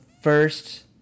first